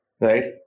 right